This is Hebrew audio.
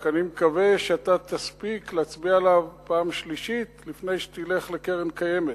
אני רק מקווה שאתה תספיק להצביע עליו פעם שלישית לפני שתלך לקרן קיימת,